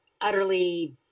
utterly